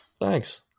Thanks